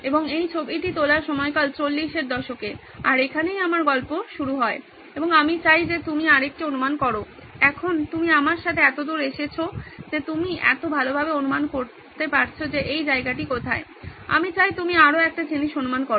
এবং এই ছবিটি তোলার সময়কাল 40 এর দশকে আর এখানেই আমার গল্প শুরু হয় এবং আমি চাই যে আপনি আরেকটি অনুমান করুন এখন আপনি আমার সাথে এতদূর এসেছেন যে আপনি এত ভালভাবে অনুমান করেছেন যে এই জায়গাটি কোথায় আমি চাই আপনি আরও একটি জিনিস অনুমান করুন